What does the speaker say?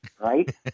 right